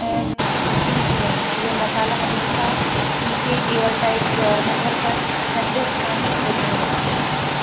piece लें यह मसाला हमेशा शीशे एयर टाइट जार में भरकर ठंडे स्थानीय फ्रिज में रखें